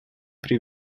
при